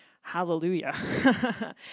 Hallelujah